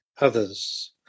others